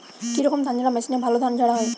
কি রকম ধানঝাড়া মেশিনে ভালো ধান ঝাড়া হয়?